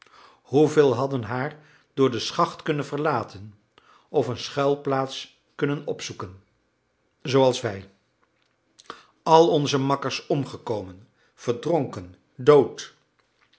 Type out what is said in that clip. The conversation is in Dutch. hoeveel hadden haar door de schacht kunnen verlaten of een schuilplaats kunnen opzoeken zooals wij al onze makkers omgekomen verdronken dood